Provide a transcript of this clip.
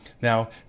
Now